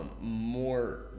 more